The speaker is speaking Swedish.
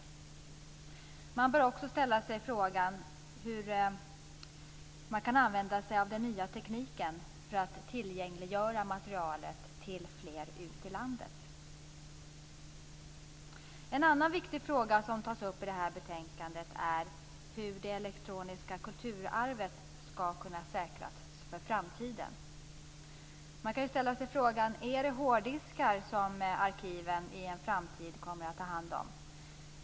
Vidare bör man fråga sig hur man kan använda sig av den nya tekniken för att tillgängliggöra materialet ute i landet. En annan viktig fråga som tas upp i betänkandet är hur det elektroniska kulturarvet ska kunna säkras för framtiden. Man kan fråga sig: Är det hårddiskar som arkiven i en framtid kommer att ta hand om?